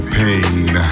pain